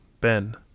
Ben